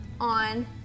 on